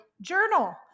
journal